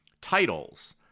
titles